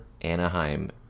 Anaheim